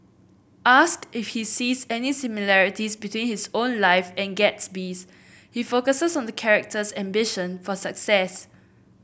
ask if he sees any similarities between his own life and Gatsby's he focuses on the character's ambition for success